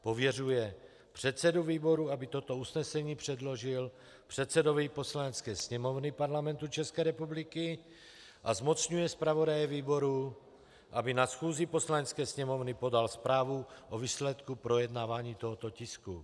Pověřuje předsedu výboru, aby toto usnesení předložil předsedovi Poslanecké sněmovny Parlamentu České republiky, a zmocňuje zpravodaje výboru, aby na schůzi Poslanecké sněmovny podal zprávu o výsledku projednávání tohoto tisku.